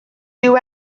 dyw